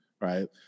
right